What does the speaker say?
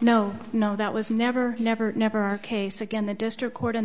no no that was never never never our case again the district court